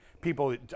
people